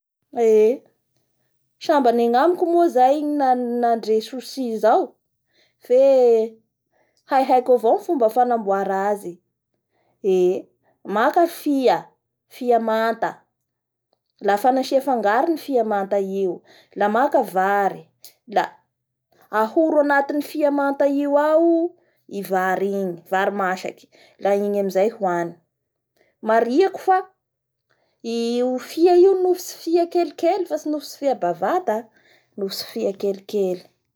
Sambany agnamiki moa zay nandre chouchi zao fe haihaiko avao ny fomba fanamboara azy maka fia amanta, afa nasia fangarony fia manata io, maka vary la, ahoro anatin'ny fia manata io aoa i vary igny, varymasaky la igny amizay hoany, marihiko fa io fia io moa fa i fia io tsy fia kelikely